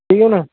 ठीक ऐ ना